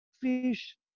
fish